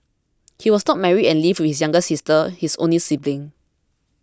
he was not married and lived with his younger sister his only sibling